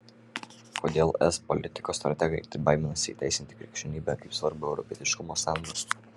kodėl es politikos strategai taip baiminasi įteisinti krikščionybę kaip svarbų europietiškumo sandą